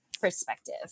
perspective